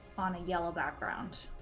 on a yellow background.